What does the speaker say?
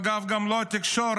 אגב גם לא את התקשורת,